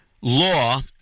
law